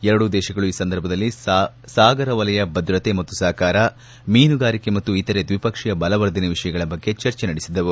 ಎರಡೂ ದೇಶಗಳು ಈ ಸಂದರ್ಭದಲ್ಲಿ ಸಾಗರವಲಯ ಭದ್ರತೆ ಮತ್ತು ಸಹಕಾರ ಮೀನುಗಾರಿಕೆ ಮತ್ತು ಇತರೆ ದ್ವಿಪಕ್ಷೀಯ ಬಲವರ್ಧನೆ ವಿಷಯಗಳ ಬಗ್ಗೆ ಚರ್ಚೆ ನಡೆಸಿದವು